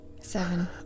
Seven